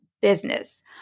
business